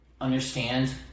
understand